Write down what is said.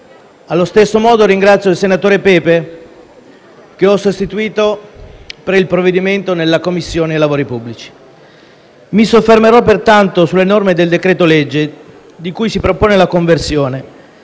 Allo stesso modo ringrazio il senatore Pepe, che ho sostituito nel corso dell’esame del provvedimento presso la Commissione lavori pubblici. Mi soffermerò pertanto sulle norme del decreto-legge di cui si propone la conversione